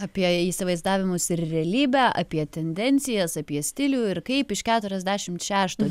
apie įsivaizdavimus ir realybę apie tendencijas apie stilių ir kaip iš keturiasdešimt šešto